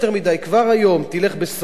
כבר היום תלך ל"סהרונים",